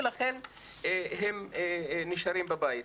ולכן הם נשארים בבית.